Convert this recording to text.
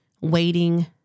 waiting